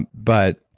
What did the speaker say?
and but,